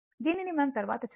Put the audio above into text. దీనిని మనము తర్వాత చూద్దాము